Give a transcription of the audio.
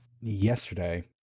yesterday